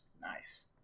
Nice